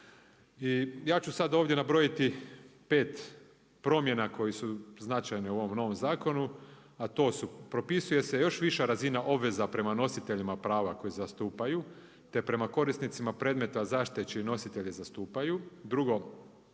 ja ću sada ovdje nabrojiti pet promjena koje su značajne u ovom novom zakonu, a to su, propisuje se još viša razina obveza prema nositeljima prava koje zastupaju te prema korisnicima predmeta zaštite čije nositelje zastupaju. Drugo,